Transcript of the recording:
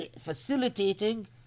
facilitating